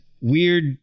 weird